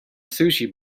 sushi